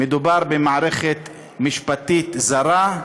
מדובר במערכת משפטית זרה.